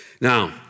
Now